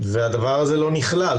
והדבר הזה לא נכלל.